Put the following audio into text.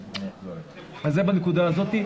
זה בנקודה הזאת.